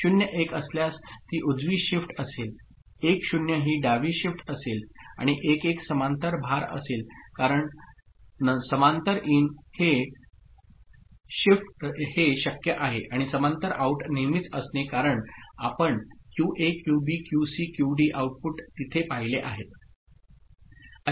01 असल्यास ती उजवी शिफ्ट असेल 10 ही डावी शिफ्ट असेल आणि 11 समांतर भार असेल कारण समांतर इन हे शक्य आहे आणि समांतर आउट नेहमीच असते कारण आपण QA QB QC QD output तिथे पाहिले आहेत